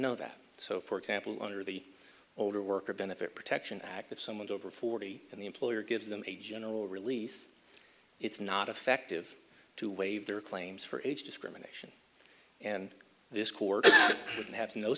know that so for example under the older worker benefit protection act if someone over forty and the employer gives them a general release it's not effective to waive their claims for age discrimination and this court would have no